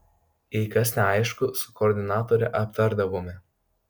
jei kas neaišku su koordinatore aptardavome